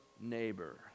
neighbor